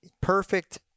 perfect